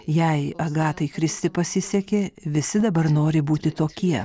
jei agatai kristi pasisekė visi dabar nori būti tokie